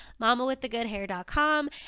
mamawiththegoodhair.com